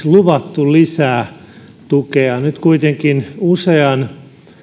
luvattu lisää tukea nyt kuitenkin usean